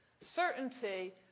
certainty